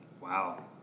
Wow